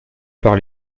par